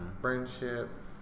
friendships